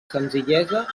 senzillesa